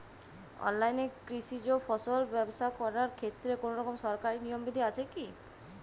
অনলাইনে কৃষিজ ফসল ব্যবসা করার ক্ষেত্রে কোনরকম সরকারি নিয়ম বিধি আছে কি?